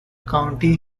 county